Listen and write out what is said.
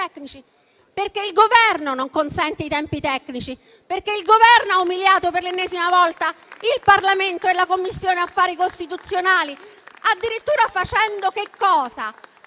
perché il Governo non consente i tempi tecnici. Il Governo ha umiliato per l'ennesima volta il Parlamento e la Commissione affari costituzionali, addirittura mettendo sotto